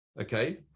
Okay